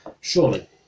Surely